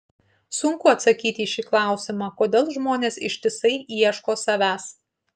sunku atsakyti į šį klausimą kodėl žmonės ištisai ieško savęs